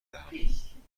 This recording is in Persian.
دهم